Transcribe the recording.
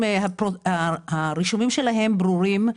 הרישומים על האנשים ברורים.